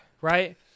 right